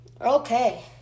Okay